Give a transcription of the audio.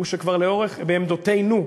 בעמדותינו,